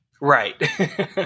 Right